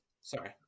Sorry